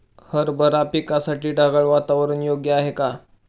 हरभरा पिकासाठी ढगाळ वातावरण योग्य आहे का?